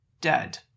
dead